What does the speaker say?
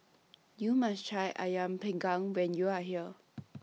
YOU must Try Ayam Panggang when YOU Are here